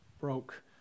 broke